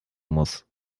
muss